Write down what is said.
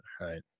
right